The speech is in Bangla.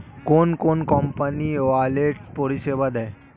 কোন কোন কোম্পানি ওয়ালেট পরিষেবা দেয়?